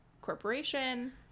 corporation